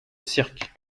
cirque